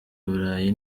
burayi